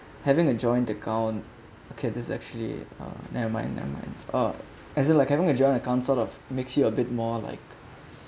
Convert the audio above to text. having a joint account okay that's actually uh never mind never mind ah as in like having a joint account sort of makes it a bit more like